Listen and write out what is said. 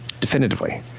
definitively